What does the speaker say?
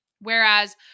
Whereas